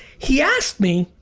he asked me,